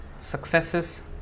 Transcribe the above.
successes